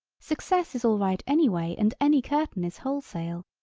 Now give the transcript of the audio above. success is alright anyway and any curtain is wholesale.